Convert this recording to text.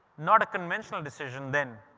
not a conventional decision then.